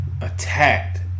attacked